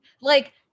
Like-